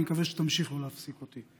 אני מקווה שתמשיך לא להפסיק אותי.